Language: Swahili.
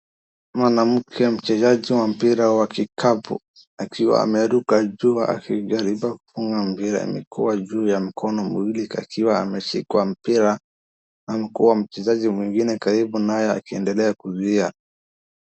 Mwanamke mchezaji wa mpira wa kikapu akiwa ameruka juu akijaribu kufunga mpira. Imekuwa juu ya mkono miwili akiwa ameshikwa mpira ama kuwa mchezaji mwingine karibu naye akiendelea kuzuia.